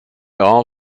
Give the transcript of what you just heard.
all